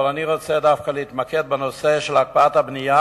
אבל אני רוצה דווקא להתמקד בנושא הקפאת הבנייה,